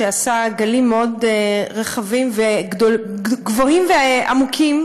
שעשה גלים מאוד רחבים וגבוהים ועמוקים,